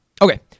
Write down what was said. Okay